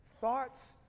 thoughts